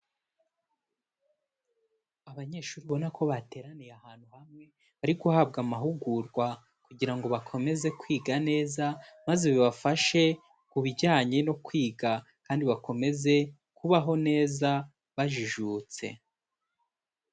Abanyeshuri ubona ko bateraniye ahantu hamwe bari guhabwa amahugurwa kugira ngo bakomeze kwiga neza, maze bibafashe ku bijyanye no kwiga kandi bakomeze kubaho neza bajijutse.